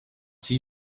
see